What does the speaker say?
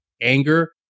anger